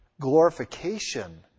glorification